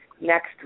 next